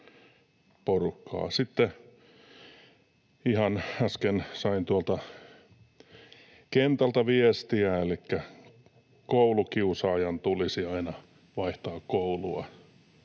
äsken sain tuolta kentältä viestiä siitä, että koulukiusaajan tulisi aina vaihtaa koulua